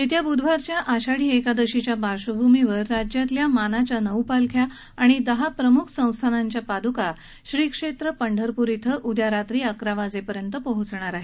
येत्या ब्रुधवारच्या आषाढी एकादशीच्या पार्श्वभूमीवर राज्यातल्या मानाच्या नऊ पालख्या आणि दहा प्रमुख संस्थानांच्या पाद्का श्री क्षेत्र पंढरपूर क्षें उद्या रात्री अकरा वाजेपर्यंत पोहोचणार आहेत